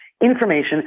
information